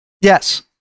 Yes